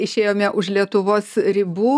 išėjome už lietuvos ribų